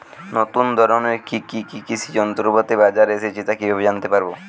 নতুন ধরনের কি কি কৃষি যন্ত্রপাতি বাজারে এসেছে তা কিভাবে জানতেপারব?